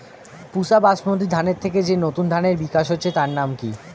পুসা বাসমতি ধানের থেকে যে নতুন ধানের বিকাশ হয়েছে তার নাম কি?